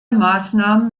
maßnahmen